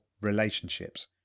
relationships